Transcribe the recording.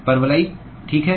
परवलयिक ठीक है